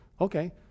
okay